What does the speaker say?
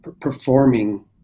performing